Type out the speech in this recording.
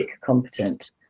competent